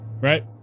right